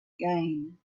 gain